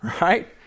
right